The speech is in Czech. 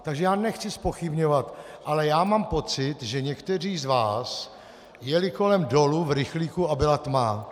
Takže já nechci zpochybňovat, ale mám pocit, že někteří z vás jeli kolem dolu v rychlíku a byla tma.